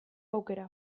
aukera